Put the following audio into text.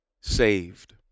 saved